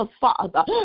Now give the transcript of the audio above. Father